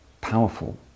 powerful